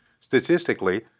statistically